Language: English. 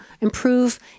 improve